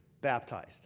baptized